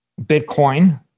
Bitcoin